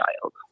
child